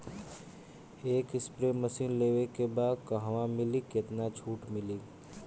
एक spray machine लेवे के बा कहवा मिली केतना छूट मिली?